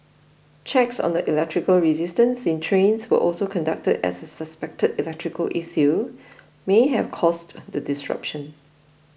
checks on the electrical resistance in trains were also conducted as a suspected electrical issue may have caused the disruption